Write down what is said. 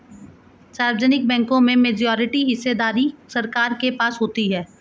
सार्वजनिक बैंकों में मेजॉरिटी हिस्सेदारी सरकार के पास होती है